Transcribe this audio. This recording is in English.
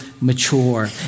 mature